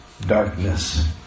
darkness